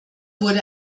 wurde